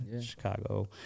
Chicago